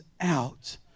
out